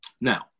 now